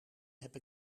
heb